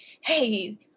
hey